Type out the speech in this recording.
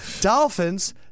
Dolphins